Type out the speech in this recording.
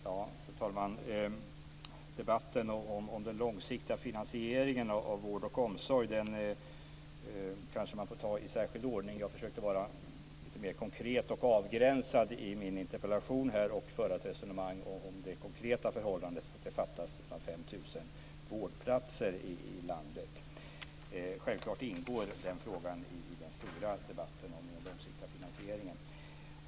Fru talman! Debatten om den långsiktiga finansieringen av vård och omsorg kanske man får ta i särskild ordning. Jag försökte vara lite mer konkret och avgränsad i min interpellation och föra ett resonemang om det konkreta förhållandet att det fattas nära 5 000 vårdplatser i landet. Självklart ingår den frågan i den stora debatten om den långsiktiga finansieringen.